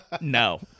no